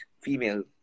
female